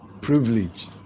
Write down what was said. privilege